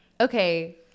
okay